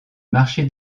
marché